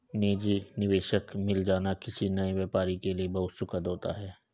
निजी निवेशक मिल जाना किसी नए व्यापारी के लिए बहुत सुखद होता है